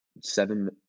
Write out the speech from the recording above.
seven